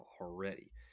already